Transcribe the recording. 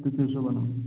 त्याच्या हिशोबानं